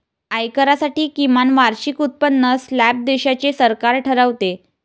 आयकरासाठी किमान वार्षिक उत्पन्न स्लॅब देशाचे सरकार ठरवते